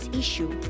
issue